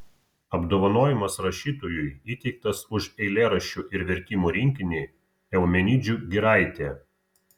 apdovanojimas rašytojui įteiktas už eilėraščių ir vertimų rinkinį eumenidžių giraitė